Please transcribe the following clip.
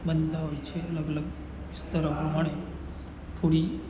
બનતા હોય છે અલગ અલગ વિસ્તારો પ્રમાણે થોડી